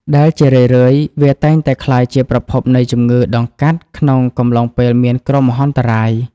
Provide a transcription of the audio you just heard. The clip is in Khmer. ដែលជារឿយៗវាតែងតែក្លាយជាប្រភពនៃជំងឺដង្កាត់ក្នុងកំឡុងពេលមានគ្រោះមហន្តរាយ។